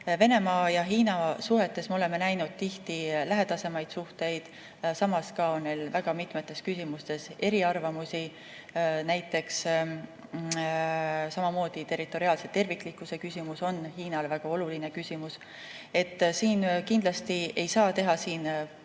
Venemaa ja Hiina suhetes me oleme näinud tihti lähedasemaid suhteid, samas on neil väga mitmetes küsimustes eriarvamusi. Näiteks samamoodi, territoriaalse terviklikkuse küsimus on Hiinale väga oluline küsimus. Siin kindlasti ei saa teha